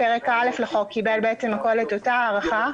פרק א' לחוק קיבל את אותה ההארכה.